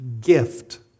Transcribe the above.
gift